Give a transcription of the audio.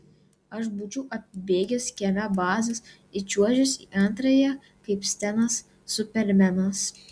aš būčiau apibėgęs kieme bazes įčiuožęs į antrąją kaip stenas supermenas